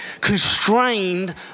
constrained